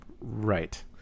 Right